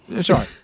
Sorry